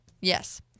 Yes